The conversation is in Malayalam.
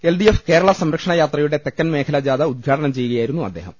എൽ ഡി എഫ് കേരള സംരക്ഷണയാത്രയുടെ തെക്കൻ മേഖലാജാഥ ഉദ്ഘാടനം ചെയ്യുകയായി രുന്നു അദ്ദേഹം